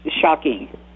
shocking